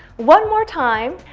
one more time,